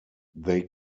they